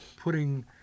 putting